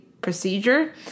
procedure